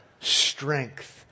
strength